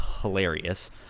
hilarious